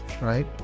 Right